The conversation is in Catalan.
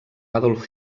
adolf